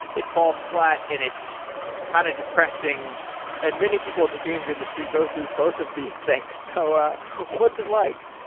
it falls flat and it's kind of depressing and many people in the games industry goes through both of these things. so ah what's it like?